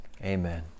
Amen